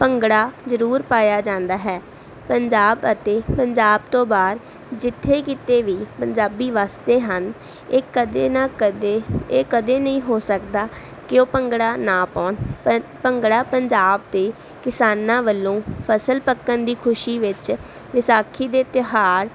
ਭੰਗੜਾ ਜ਼ਰੂਰ ਪਾਇਆ ਜਾਂਦਾ ਹੈ ਪੰਜਾਬ ਅਤੇ ਪੰਜਾਬ ਤੋਂ ਬਾਹਰ ਜਿੱਥੇ ਕਿਤੇ ਵੀ ਪੰਜਾਬੀ ਵਸਦੇ ਹਨ ਇਹ ਕਦੇ ਨਾ ਕਦੇ ਇਹ ਕਦੇ ਨਹੀਂ ਹੋ ਸਕਦਾ ਕਿ ਉਹ ਭੰਗੜਾ ਨਾ ਪਾਉਣ ਪ ਭੰਗੜਾ ਪੰਜਾਬ ਦੇ ਕਿਸਾਨਾਂ ਵੱਲੋਂ ਫਸਲ ਪੱਕਣ ਦੀ ਖੁਸ਼ੀ ਵਿੱਚ ਵਿਸਾਖੀ ਦੇ ਤਿਉਹਾਰ